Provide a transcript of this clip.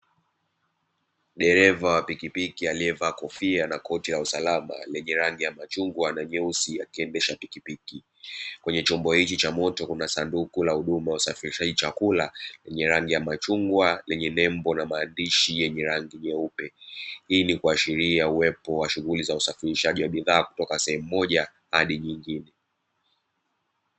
Dereva wa pikipiki alievaa kofia na koti la usalama lenye rangi ya machungwa na nyeusi akiendesha pikipiki, kwenye chombo hiki cha moto kuna sanduku la huduma ya usafirishaji chakula lenye rangi ya machungwa lenye nembo na maandishi yenye rangi nyeupe hii ni kuashiria uwepo wa shughuli za usafirishaji wa bidhaa kutoka sehemu moja hadi nyingine.